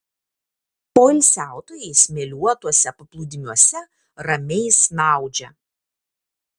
poilsiautojai smėliuotuose paplūdimiuose ramiai snaudžia